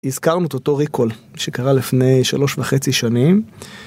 הזכרנו את אותו ריקול שקרה לפני שלוש וחצי שנים